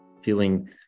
Feeling